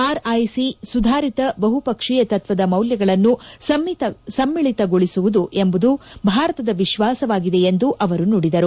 RIC ಸುಧಾರಿತ ಬಹುಪಕ್ಷೀಯತತ್ವದ ಮೌಲ್ಯಗಳನ್ನು ಸಮ್ಮಿಳಿತಗೊಳಿಸುವುದು ಎಂಬುದು ಭಾರತದ ವಿಶ್ಲಾಸವಾಗಿದೆ ಎಂದು ಅವರು ನುಡಿದರು